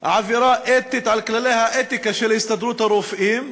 עבירה על כללי האתיקה של ההסתדרות הרפואית,